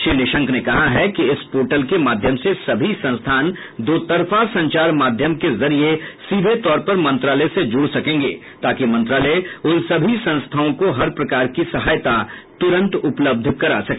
श्री निशंक ने कहा है कि इस पोर्टल के माध्यम से सभी संस्थान दो तरफा संचार माध्यम के जरिए सीधे तौर पर मंत्रालय से ज़ुड़ सकेंगे ताकि मंत्रालय उन सभी संस्थाओं को हर प्रकार की सहायता तुरंत उपलब्ध करा सके